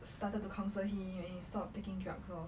started to counsel he when he stopped taking drugs lor